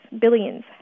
billions